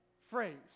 phrase